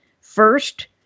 First